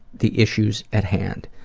the issues at hand.